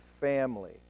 family